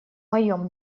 моем